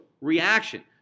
reaction